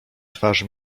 twarz